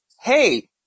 hey